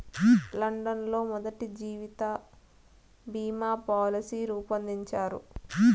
London లో మొదటి జీవిత బీమా పాలసీ రూపొందించారు